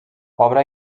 obra